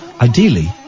Ideally